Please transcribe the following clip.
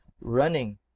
running